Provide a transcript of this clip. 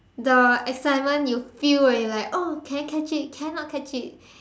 the excitement you feel when you like oh can I catch it can I not catch it